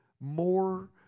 more